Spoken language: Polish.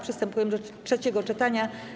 Przystępujemy do trzeciego czytania.